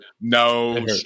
No